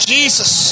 Jesus